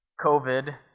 COVID